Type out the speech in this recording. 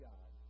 God